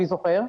מי זוכר,